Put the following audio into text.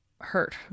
hurt